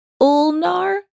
ulnar